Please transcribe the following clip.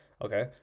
Okay